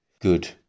good